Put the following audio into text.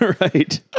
Right